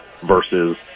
versus